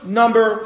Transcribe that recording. number